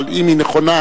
אבל אם היא נכונה,